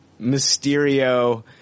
Mysterio